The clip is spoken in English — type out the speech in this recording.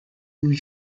new